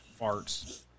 Farts